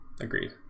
agreed